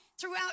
throughout